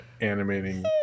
animating